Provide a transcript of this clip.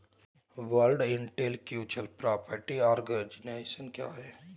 World intellectual property organisation क्या है?